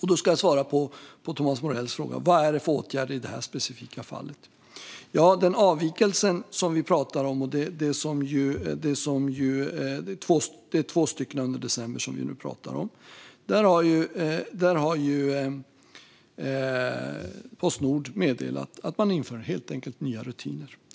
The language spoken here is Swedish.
Jag ska svara på Thomas Morells fråga: Vad är det för åtgärder i det här speciella svaret? De avvikelser som vi nu pratar om är två stycken under december. Där har Postnord meddelat att man helt enkelt inför nya rutiner.